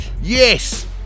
Yes